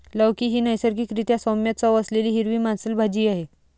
लौकी ही नैसर्गिक रीत्या सौम्य चव असलेली हिरवी मांसल भाजी आहे